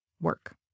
work